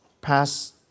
pass